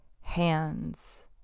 hands